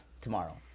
tomorrow